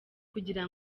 kugira